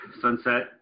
sunset